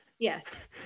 Yes